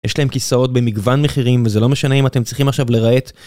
יש להם כיסאות במגוון מחירים וזה לא משנה אם אתם צריכים עכשיו לרהט.